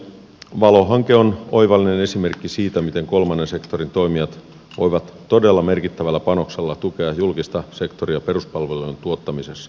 valo hanke on oivallinen esimerkki siitä miten kolmannen sektorin toimijat voivat todella merkittävällä panoksella tukea julkista sektoria peruspalvelujen tuottamisessa